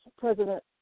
President